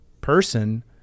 person